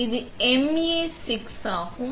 இது MA6 ஆகும்